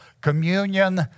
Communion